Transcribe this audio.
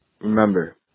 Remember